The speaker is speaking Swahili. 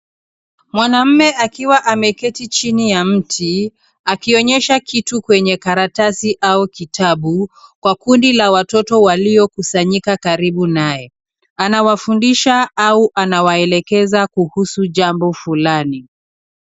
Mwanamume akiwa ameketi chini ya mti akionyesha kitu kwenye karatasi au kitabu kwa kundi la watoto waliokusanyika karibu naye. Anawafundisha au anawaelekeza kuhusu jambo fulani.